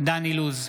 דן אילוז,